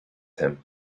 him